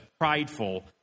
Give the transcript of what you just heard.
prideful